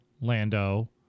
Lando